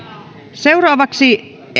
seuraavaksi